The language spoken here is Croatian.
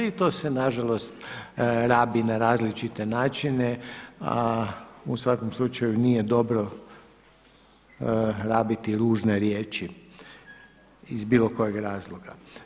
I to se na žalost rabi na različite načine, a u svakom slučaju nije dobro rabiti ružne riječi iz bilo kojeg razloga.